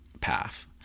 path